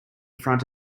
front